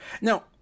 Now